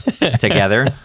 together